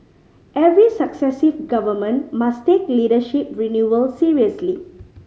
every successive Government must take leadership renewal seriously